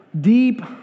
deep